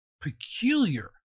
peculiar